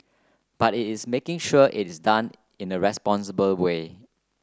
but it is making sure it is done in a responsible way